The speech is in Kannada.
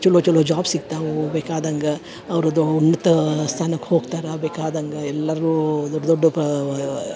ಚಲೋ ಚಲೋ ಜಾಬ್ ಸಿಕ್ತವೂ ಬೇಕಾದಂಗ ಅವರದ್ದು ಉನ್ನತ ಸ್ಥಾನಕ್ಕೆ ಹೋಗ್ತಾರೆ ಬೇಕಾದಂಗ ಎಲ್ಲರೂ ದೊಡ್ಡ ದೊಡ್ದು ಪಾ